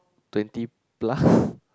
twenty plus